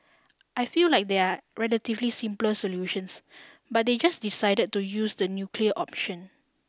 I feel like there are relatively simpler solutions but they just decided to use the nuclear option